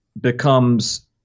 becomes